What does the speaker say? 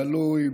גלוי,